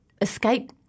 escape